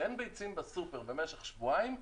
כשאין ביצים בסופר במשך שבועיים,